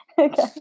Okay